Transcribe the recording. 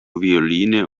violine